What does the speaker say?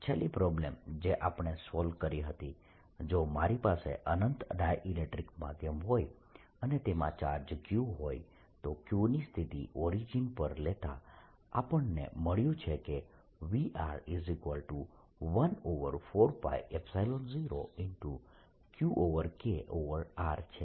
છેલ્લી પ્રોબ્લમ જે આપણે સોલ્વ કરી હતી જો મારી પાસે અનંત ડાયઈલેક્ટ્રીક માધ્યમ હોય અને તેમાં ચાર્જ Q હોય તો Q ની સ્થિતિ ઓરિજીન પર લેતા આપણને મળ્યું કે Vr14π0QKr છે